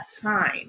time